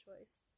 choice